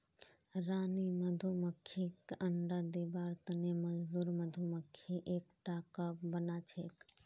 रानी मधुमक्खीक अंडा दिबार तने मजदूर मधुमक्खी एकटा कप बनाछेक